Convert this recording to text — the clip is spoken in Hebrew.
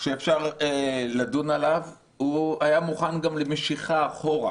שאפשר לדון עליו היה מוכן גם למשיכה אחורה,